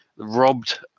robbed